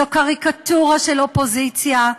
זו קריקטורה של אופוזיציה.